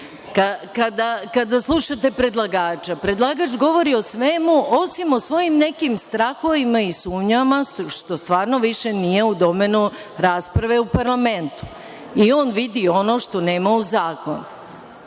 slušate predlagača, predlagač govori o svemu osim o svojim nekim strahovima i sumnjama, što stvarno više nije u domenu rasprave u parlamentu. On vidi i ono što nema u zakonu. Sada